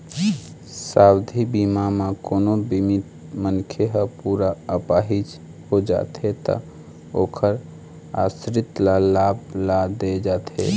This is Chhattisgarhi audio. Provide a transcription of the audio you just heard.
सावधि बीमा म कोनो बीमित मनखे ह पूरा अपाहिज हो जाथे त ओखर आसरित ल लाभ ल दे जाथे